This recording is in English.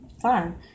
fine